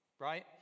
right